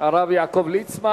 הרב יעקב ליצמן.